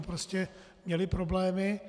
Oni prostě měli problémy.